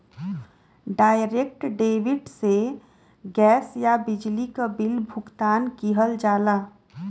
direct debit से gas या बिजली क बिल भुगतान किहल जाला